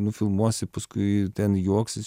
nufilmuosi paskui ten juoksis